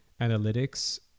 analytics